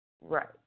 Right